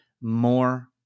more